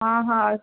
हाँ हाँ और